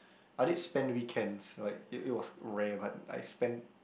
I did spend weekends like it it was rare but I spend